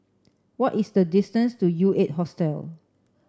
what is the distance to U Eight Hostel